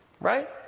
Right